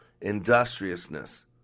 Industriousness